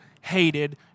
hated